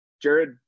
Jared